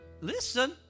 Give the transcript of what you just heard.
Listen